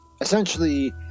essentially